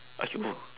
!aiyo!